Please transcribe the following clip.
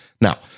Now